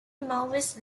maoist